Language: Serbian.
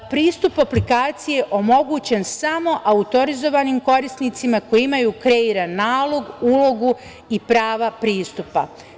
Pristup aplikaciji omogućen je samo autorizovanim korisnicima koji imaju kreiran nalog, ulogu i prava pristupa.